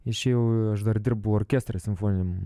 išėjau aš dar dirbau orkestre simfoniniam